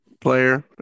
player